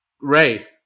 Ray